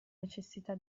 necessità